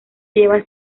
lleva